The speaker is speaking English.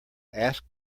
ask